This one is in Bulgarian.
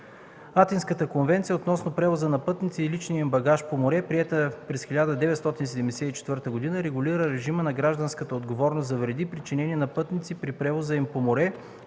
Атинската конвенция относно превоза на пътници и личния им багаж по море, приета през 1974 г., регулира режима на гражданската отговорност за вреди, причинени на пътници при превоза им по море.